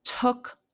took